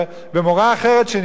שניסתה להציל אותה,